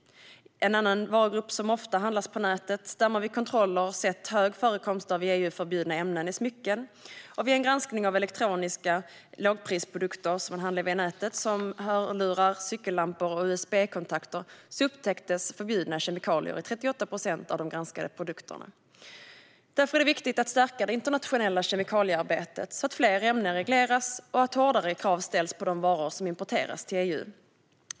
En annan varugrupp som ofta handlas på nätet, där man vid kontroller har sett en stor förekomst av i EU förbjudna ämnen, är smycken. Vid en granskning av elektroniska lågprisprodukter som handlas på nätet, till exempel hörlurar, cykellampor och usb-kontakter, upptäcktes förbjudna kemikalier i 38 procent av de granskade produkterna. Därför är det viktigt att stärka det internationella kemikaliearbetet, så att fler ämnen regleras och hårdare krav ställs på de varor som importeras till EU.